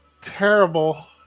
terrible